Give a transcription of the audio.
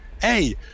hey